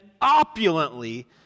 opulently